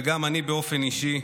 וגם אני באופן אישי.